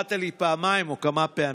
קראת לי כמה פעמים.